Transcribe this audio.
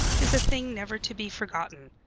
is a thing never to be forgotten,